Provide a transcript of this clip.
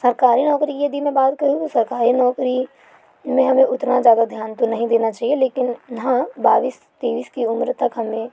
सरकारी नौकरी की यदि मैं बात करूँ तो सरकारी नौकरी में हमें उतना ज़्यादा ध्यान तो नहीं देना चाहिए लेकिन हाँ बाईस तेईस की उम्र तक हमें